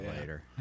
later